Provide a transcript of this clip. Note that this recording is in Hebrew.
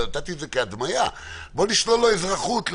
נתתי את זה כהדמיה: בואו נשלול לו אזרחות,